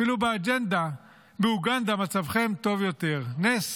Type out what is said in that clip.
אפילו באוגנדה מצבכן טוב יותר, נס.